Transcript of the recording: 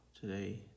today